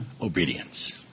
obedience